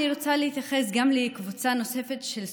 אני רוצה להתייחס גם לקבוצה נוספת של סטודנטים,